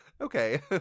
okay